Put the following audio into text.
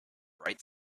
bright